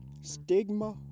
stigma